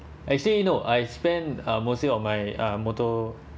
actually no I spend uh mostly on my uh motor